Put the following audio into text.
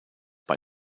bei